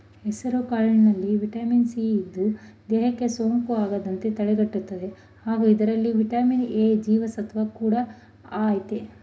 ಹೆಸುಕಾಳಿನಲ್ಲಿ vitamin C ಇದ್ದು, ದೇಹಕ್ಕೆ ಸೋಂಕು ಆಗದಂತೆ ತಡಿತದೆ ಹಾಗೂ ಇದರಲ್ಲಿ ವಿಟಮಿನ್ ಎ ಜೀವಸತ್ವ ಕೂಡ ಆಯ್ತೆ